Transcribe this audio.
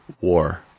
War